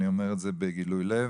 אני אומר את זה בגילוי לב,